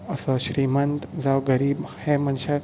असो श्रीमंत जावं गरीब ह्या मनशाक खातीर